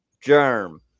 germ